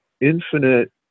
infinite